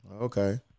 Okay